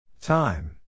time